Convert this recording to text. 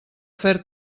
fer